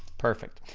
perfect,